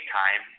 time